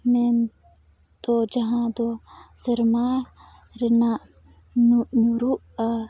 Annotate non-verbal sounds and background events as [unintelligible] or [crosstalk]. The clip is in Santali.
ᱢᱮᱱᱫᱚ ᱡᱟᱦᱟᱸᱫᱚ ᱥᱮᱨᱢᱟ ᱨᱮᱱᱟᱜ [unintelligible] ᱧᱩᱨᱩᱜᱼᱟ